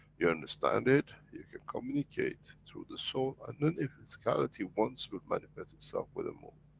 you understand it, you can communicate through the soul, and then in physicality, once will manifest itself with the move.